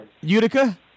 Utica